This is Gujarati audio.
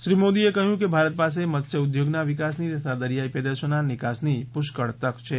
શ્રી મોદીએ કહ્યું કે ભારત પાસે મત્સ્યોદ્યોગના વિકાસની તથા દરિયાઇ પેદાશોના નીકાસની પુષ્કળ તક છે